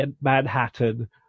Manhattan